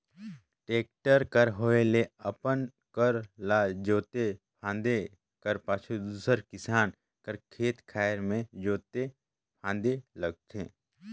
tractor कर होए ले अपन कर ल जोते फादे कर पाछू दूसर किसान कर खेत खाएर मे जोते फादे लगथे